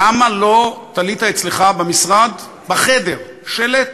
למה לא תלית אצלך במשרד, בחדר, שלט